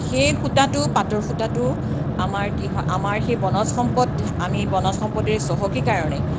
সেই সূতাটো পাটৰ সূতাটো আমাৰ কি হয় আমাৰ সেই বনজ সম্পদ আমি বনজ সম্পদেৰে চহকী কাৰণেই